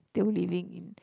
still living in